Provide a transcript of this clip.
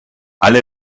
alle